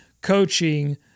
coaching